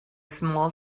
small